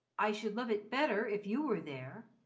i should love it better if you were there,